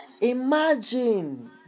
Imagine